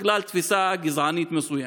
בגלל תפיסה גזענית מסוימת.